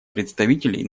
представителей